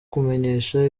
kumenyesha